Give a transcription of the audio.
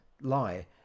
lie